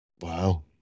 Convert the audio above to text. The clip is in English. wow